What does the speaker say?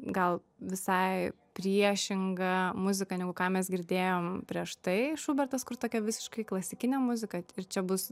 gal visai priešinga muzika negu ką mes girdėjom prieš tai šubertas kur tokia visiškai klasikinė muzika ir čia bus